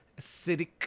acidic